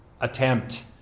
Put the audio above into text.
attempt